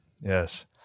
yes